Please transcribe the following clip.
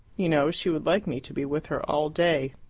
you know, she would like me to be with her all day.